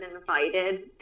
invited